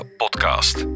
podcast